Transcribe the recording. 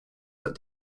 that